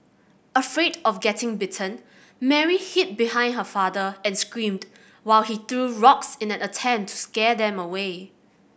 afraid of getting bitten Mary hid behind her father and screamed while he threw rocks in an attempt to scare them away